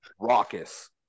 raucous